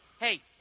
Hey